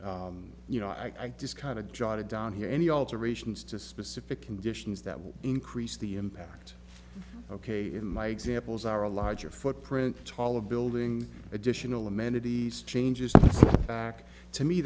you know i just kind of jotted down here any alterations to specific conditions that will increase the impact ok in my examples are a larger footprint taller building additional amenities changes back to me